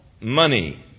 money